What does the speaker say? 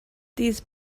these